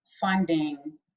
funding